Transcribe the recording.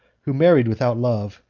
who married without love,